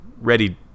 ready